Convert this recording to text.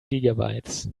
gigabytes